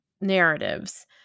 narratives